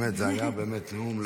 באמת, זה היה נאום לעונג,